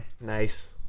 Nice